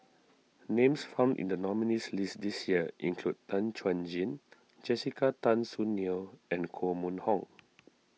names found in the nominees' list this year include Tan Chuan Jin Jessica Tan Soon Neo and Koh Mun Hong